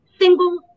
single